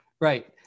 Right